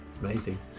amazing